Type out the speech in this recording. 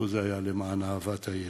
ופה זה היה למען אהבת הילד.